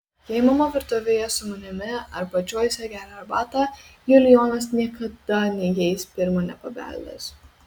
jei mama virtuvėje su manimi arba džoise geria arbatą julijonas niekada neįeis pirma nepabeldęs